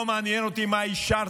לא מעניין אותי מה אישרתם.